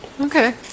Okay